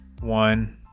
one